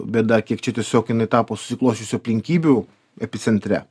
bėda kiek čia tiesiog jinai tapo susiklosčiusių aplinkybių epicentre